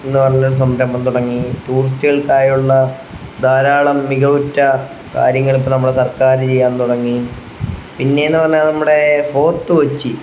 എന്ന് പറഞ്ഞ ഒരു സംരംഭം തുടങ്ങി ടൂറിസ്റ്റുകൾക്കായുള്ള ധാരാളം മികവുറ്റ കാര്യങ്ങൾക്ക് നമ്മളുടെ സർക്കാര് ചെയ്യാൻ തുടങ്ങി പിന്നേന്ന് പറഞ്ഞാൽ നമ്മുടെ ഫോർട്ട് കൊച്ചി